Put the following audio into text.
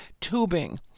tubing